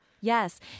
Yes